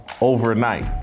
overnight